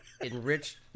Enriched